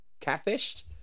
catfished